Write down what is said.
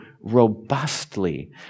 robustly